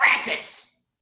Francis